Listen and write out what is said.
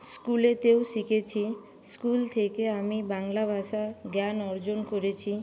স্কুলেতেও শিখেছি স্কুল থেকে আমি বাংলা ভাষার জ্ঞান অর্জন করেছি